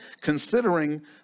considering